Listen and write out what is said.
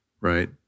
right